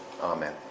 Amen